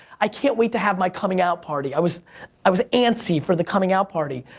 i can't wait to have my coming out party, i was i was antsy for the coming out party,